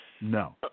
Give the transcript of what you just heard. No